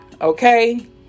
Okay